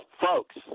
Folks